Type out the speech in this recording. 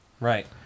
Right